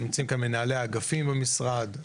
נמצאים כאן מנהלי האגפים במשרד,